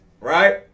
right